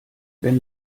wenn